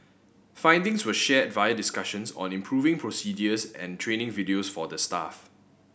findings were shared via discussions on improving procedures and training videos for the staff